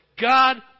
God